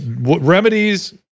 remedies